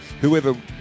whoever